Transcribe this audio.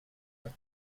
but